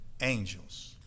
angels